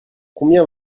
combien